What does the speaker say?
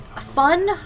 Fun